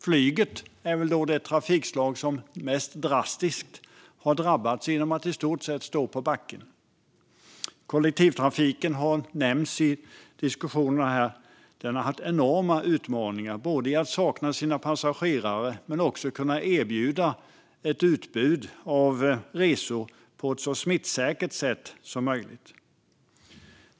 Flyget är väl det trafikslag som har drabbats mest drastiskt genom att det i stort sett står på backen. Kollektivtrafiken har nämnts i diskussionerna här. Den har haft enorma utmaningar, både för att man har saknat passagerare och för att man ska kunna erbjuda ett utbud av resor på ett så smittsäkert sätt som möjligt.